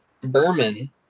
Berman